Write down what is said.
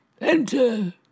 Enter